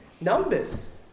Numbers